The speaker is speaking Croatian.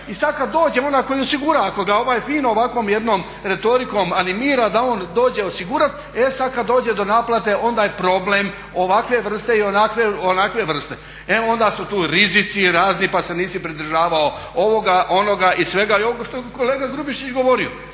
I sad kad dođe on i ako osigura, ako ga ovaj finom jednom ovakvom retorikom animira da on dođe osigurat e sad kad dođe do naplate onda je problem ovakve vrste i onakve vrste. E onda su tu rizici razni, pa se nisi pridržavao ovoga, onoga i svega i ovo što je kolega Grubišić govorio.